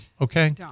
Okay